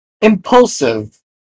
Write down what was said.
impulsive